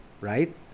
right